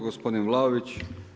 Gospodin Vlaović.